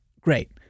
great